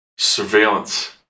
surveillance